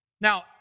Now